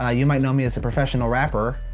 ah you might know me as a professional rapper.